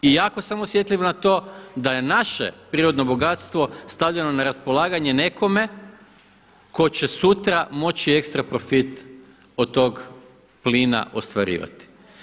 I jako sam osjetljiv na to da je naše prirodno bogatstvo stavljeno na raspolaganje nekome tko će sutra moći ekstra profit od tog plina ostvarivati.